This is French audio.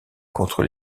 contre